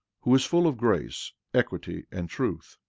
who is full of grace, equity, and truth.